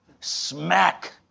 Smack